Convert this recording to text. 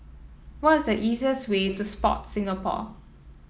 what is the easiest way to Sport Singapore